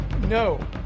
no